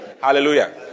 hallelujah